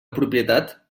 propietat